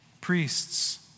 priests